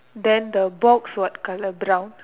then the box what colour brown